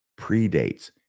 predates